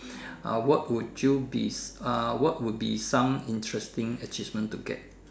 uh what would you be uh what would be some interesting achievement to get